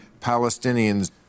Palestinians